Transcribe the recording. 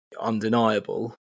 undeniable